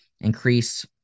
increase